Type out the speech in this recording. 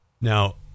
Now